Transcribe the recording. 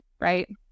right